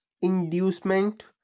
Inducement